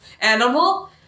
animal